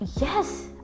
yes